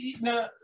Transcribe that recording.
now